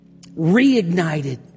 reignited